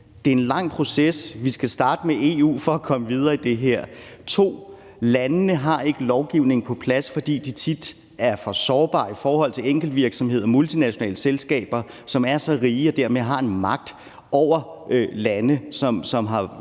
det er en lang proces; vi skal starte med EU for at komme videre med det her. For det andet, at landene ikke har lovgivningen på plads, fordi de tit er for sårbare i forhold til enkeltvirksomheder og multinationale selskaber, som er så rige, at de dermed har en magt over lande, som har